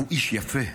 הוא איש יפה.